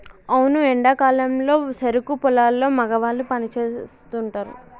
అవును ఎండా కాలంలో సెరుకు పొలాల్లో మగవాళ్ళు పని సేస్తుంటారు